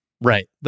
Right